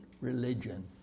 Religion